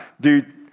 dude